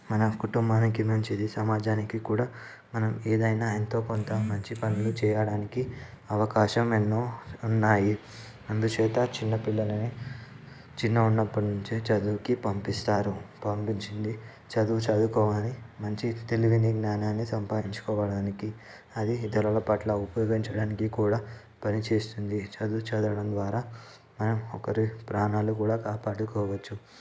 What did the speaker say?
మన కుటుంబానికి మంచిది సమాజానికి కూడా మనం ఏదైనా ఎంతో కొంత మంచి పనులు చేయడానికి అవకాశం ఎన్నో ఉన్నాయి అందుచేత చిన్న పిల్లలని చిన్నగా ఉన్నప్పటి నుంచే చదువుకి పంపిస్తారు పంపించింది చదువు చదువుకోవాలి మంచి తెలివిని జ్ఞానాన్ని సంపాదించుకోవడానికి అది ఇతరుల పట్ల ఉపయోగించడానికి కూడా పనిచేస్తుంది చదువు చదవడం ద్వారా మనం ఒకరి ప్రాణాలు కూడా కాపాడుకోవచ్చు